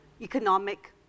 economic